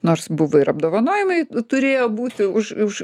nors buvo ir apdovanojimai turėjo būti už už